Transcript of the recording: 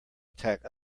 attack